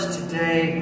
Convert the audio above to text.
today